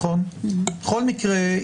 בכל מקרה,